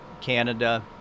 Canada